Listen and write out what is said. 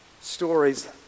stories